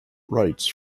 rights